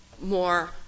more